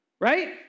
Right